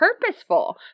purposeful